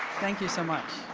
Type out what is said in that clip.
thank you so much.